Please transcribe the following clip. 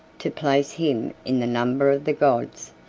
to place him in the number of the gods,